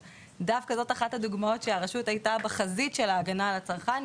אז דווקא זאת אחת הדוגמאות שהרשות הייתה בחזית של ההגנה על הצרכן,